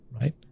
right